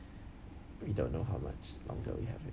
we don't know how much longer we have with